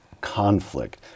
conflict